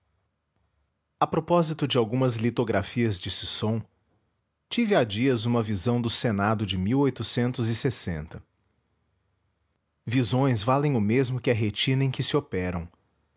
a propósito de algumas litografias de sisson tive há dias uma visão do senado de isões valem o mesmo que a retina em que se operam